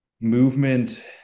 movement